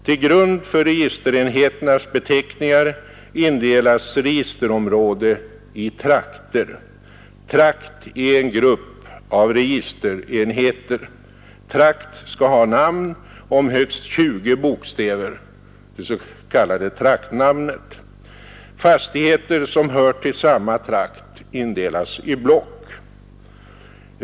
Till grund för registerenheternas beteckningar indelas registerområde i trakter. Trakt är en grupp av registerenheter. Trakt skall ha namn om högst 20 bokstäver, det s.k. traktnamnet. Fastigheter som hör till samma trakt indelas i block.